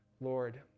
Lord